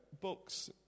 books